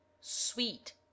Sweet